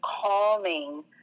calming